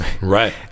right